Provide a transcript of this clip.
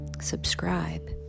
subscribe